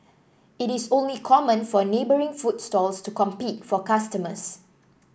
it is only common for neighbouring food stalls to compete for customers